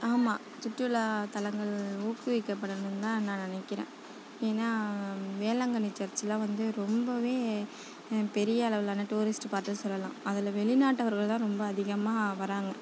ஆமாம் சுற்றுலாத்தலங்கள் ஊக்கிவிக்கப்படணும்னு தான் நான் நினக்கிறன் ஏன்னா வேளாங்கண்ணி சர்ச்சிலாம் வந்து ரொம்பவே பெரிய அளவிலான டூரிஸ்ட் பார்ட்டுன்னு சொல்லலாம் அதில் வெளிநாட்டவர்கள்தான் ரொம்ப அதிகமாக வராங்க